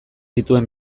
dituen